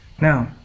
Now